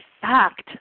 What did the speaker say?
fact